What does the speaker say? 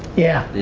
yeah.